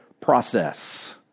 process